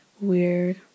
weird